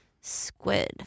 squid